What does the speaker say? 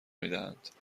میدهند